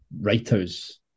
writers